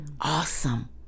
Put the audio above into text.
Awesome